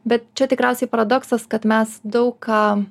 bet čia tikriausiai paradoksas kad mes daug ką